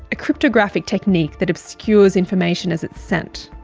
a cryptographic technique that obscures information as it's sent.